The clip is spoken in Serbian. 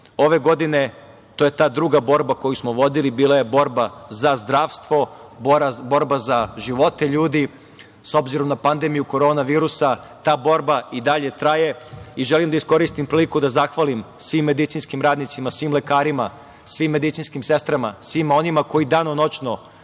ove godine, to je ta druga borba koju smo vodili, borba za zdravstvo, borba za živote ljudi. S obzirom na pandemiju korona virusa, ta borba i dalje traje. Želim da iskoristim priliku da se zahvalim svim medicinskim radnicima, svim lekarima, svim medicinskim sestrama, svima onima koji danonoćno,